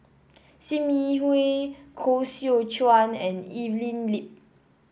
Sim Yi Hui Koh Seow Chuan and Evelyn Lip